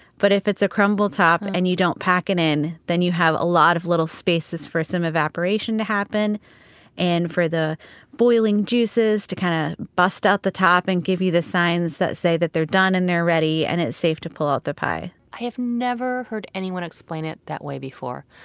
but if it's a crumble top and you don't pack it in then you have a lot of spaces for so evaporation to happen and for the boiling juices to kind of bust out of the top and give you the signs that say that they're done and they're ready and it's safe to pull out the pie i have never heard anyone explain it that way before.